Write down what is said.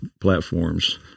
platforms